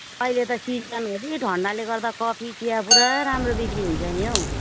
अहिले त सिजन हो कि ठन्डाले गर्दा कफी चिया पुरा राम्रो बिक्री हुन्छ नि हौ